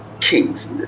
kings